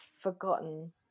forgotten